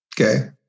Okay